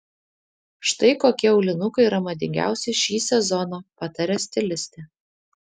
štai kokie aulinukai yra madingiausi šį sezoną pataria stilistė